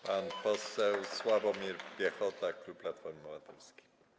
Pan poseł Sławomir Piechota, klub Platforma Obywatelska.